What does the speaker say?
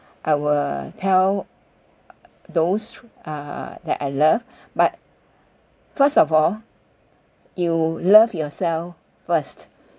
I will tell those err that I love but first of all you love yourself first